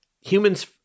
humans